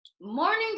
Morning